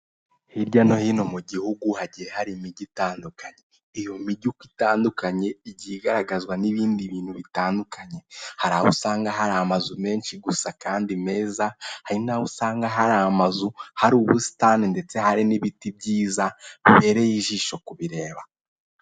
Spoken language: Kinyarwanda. Hirya no hino mu gihugu hagiye hari imijyi iyo mijyi itandukanye igi igaragazwa n'ibindi bintu bitandukanye hari aho usanga hari amazu menshi gusa kandi meza hari naho usanga hari amazu harimo ubusitani ndetse hari n'ibiti byiza bibereye ijisho kubireba.